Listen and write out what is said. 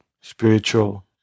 spiritual